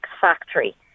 factory